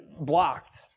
blocked